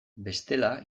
bestela